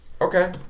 Okay